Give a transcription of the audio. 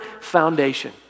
foundation